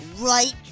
Right